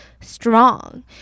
strong